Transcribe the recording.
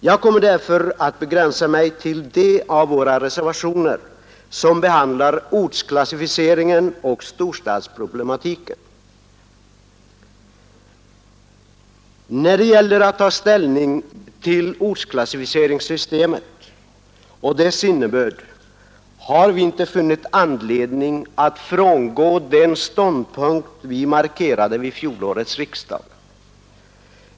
Jag kommer därför att begränsa mig till de av våra reservationer som behandlar ortsklassificeringen och storstadsproblematiken. När det gäller att ta ställning till ortsklassificeringssystemet och dess innebörd har vi inte funnit anledning frångå den ståndpunkt vi markerade vid fjolårets riksdag.